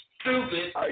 stupid